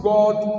God